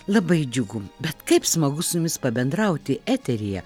labai džiugu bet kaip smagu su jumis pabendrauti eteryje